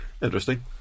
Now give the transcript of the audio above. Interesting